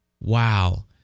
Wow